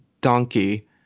Donkey